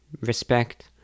respect